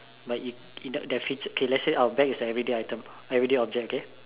but it it the feature okay let's say our bag is a everyday item everyday object okay